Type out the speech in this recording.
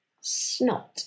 snot